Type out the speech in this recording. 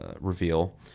reveal